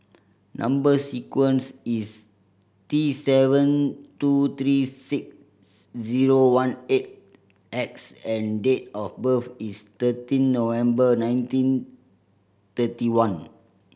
number sequence is T seven two three six zero one eight X and date of birth is thirteen November nineteen thirty one